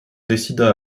décida